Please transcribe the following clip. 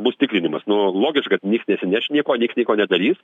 bus tikrinimas nu logiška kad nieks nesineš nieko nieks nieko nedarys